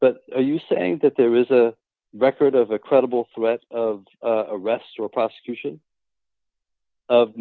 but are you saying that there is a record of a credible threat of arrest or prosecution of